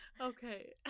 Okay